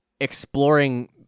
Exploring